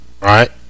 right